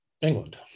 England